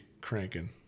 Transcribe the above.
cranking